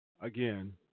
Again